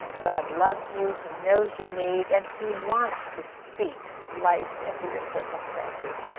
god loves you. he knows your need, and he wants to speak life into your circumstances.